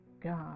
God